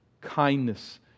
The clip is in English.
kindness